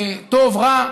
טוב רע,